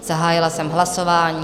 Zahájila jsem hlasování.